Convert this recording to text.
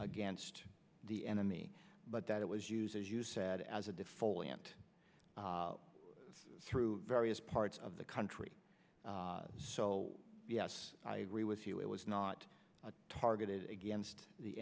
against the enemy but that it was used as you said as a default lant through various parts of the country so yes i agree with you it was not targeted against the